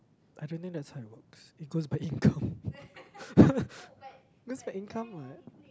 I don't think that's how it works it goes by income that's by income what